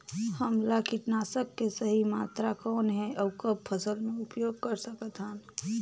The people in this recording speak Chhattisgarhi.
हमला कीटनाशक के सही मात्रा कौन हे अउ कब फसल मे उपयोग कर सकत हन?